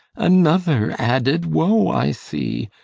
another added woe i see.